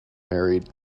married